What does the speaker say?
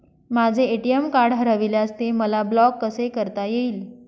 माझे ATM card हरविल्यास ते मला ब्लॉक कसे करता येईल?